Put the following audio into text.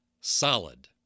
Solid